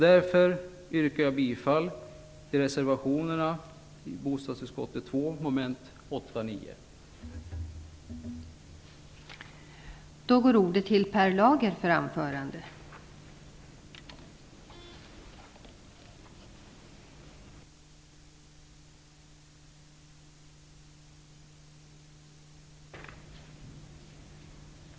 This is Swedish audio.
Därför yrkar jag bifall till reservationerna 1 och 2 i bostadsutskottets betänkande nr 2.